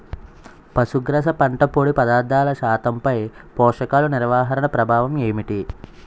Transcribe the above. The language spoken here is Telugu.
పశుగ్రాస పంట పొడి పదార్థాల శాతంపై పోషకాలు నిర్వహణ ప్రభావం ఏమిటి?